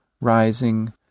rising